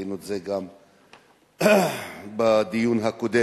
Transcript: ראינו את זה גם בדיון הקודם.